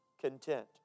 content